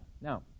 Now